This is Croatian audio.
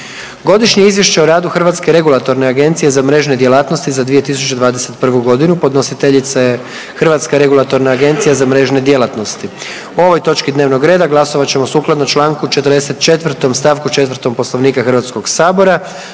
Godišnje izvješće o radu Hrvatske regulatorne agencije za mrežne djelatnosti za 2021. godinu. Podnositeljica je Hrvatska regulatorna agencija za mrežne djelatnosti. O ovoj točki dnevnog reda glasovat ćemo sukladno Članku 44. stavku 4. Poslovnika Hrvatskog sabora.